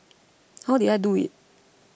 how did I do it